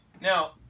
Now